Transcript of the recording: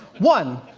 one,